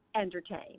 entertain